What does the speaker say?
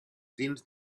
dins